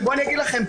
ובואו אני אגיד לכם,